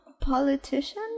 politician